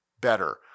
better